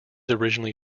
originally